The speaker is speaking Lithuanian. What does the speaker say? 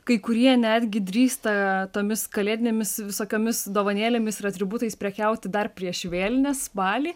kai kurie netgi drįsta tomis kalėdinėmis visokiomis dovanėlėmis ir atributais prekiauti dar prieš vėlines spalį